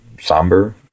somber